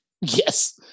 Yes